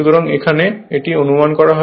সুতরাং এখানে এটি অনুমান করা হয়